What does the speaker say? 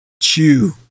Chew